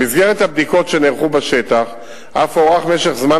במסגרת הבדיקות שנערכו בשטח אף הוארך משך זמן